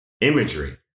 imagery